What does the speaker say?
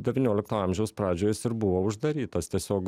devyniolikto amžiaus pradžioj jis ir buvo uždarytas tiesiog